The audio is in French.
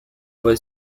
voie